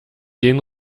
den